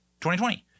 2020